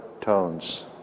tones